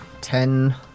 ten